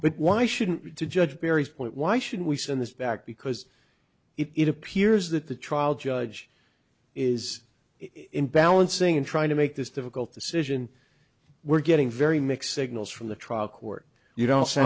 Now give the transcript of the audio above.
but why shouldn't we to judge barry's point why should we send this back because it appears that the trial judge is in balancing and trying to make this difficult decision we're getting very mixed signals from the trial court you don't